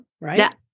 right